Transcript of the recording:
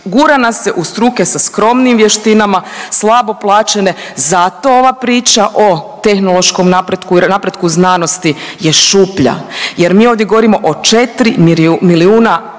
gura nas se u struke sa skromnim vještinama, slabo plaćene. Zato ova priča o tehnološkom napretku i napretku znanosti je šuplja, jer mi ovdje govorimo o četiri milijuna